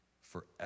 forever